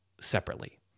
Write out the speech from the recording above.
separately